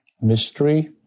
mystery